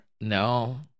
No